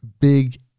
big